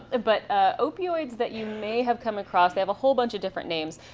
but ah opioids that you may have come across, they have a whole bunch of different names.